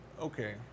Okay